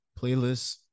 playlists